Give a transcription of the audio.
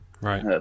right